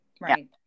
Right